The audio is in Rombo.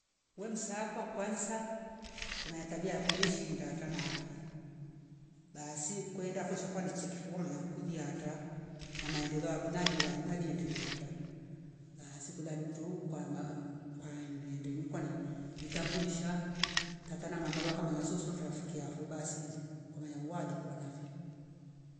Wemsa kwa kwanza kumaya tabia kweye shinda atanafe basi kwenda fo kwa kichenikfo manya kulia hata na maendeleo ya kuna dia nadie ndilia ata basi kula ntu kwamba ahhm kwaende ndende nikwani jitambulisha tata na mama wakamaya susu nrafki avo basi kwa mayangwa likuanave